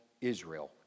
Israel